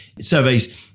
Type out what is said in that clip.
surveys